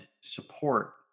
support